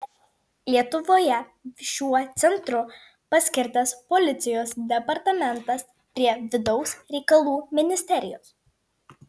lietuvoje šiuo centru paskirtas policijos departamentas prie vidaus reikalų ministerijos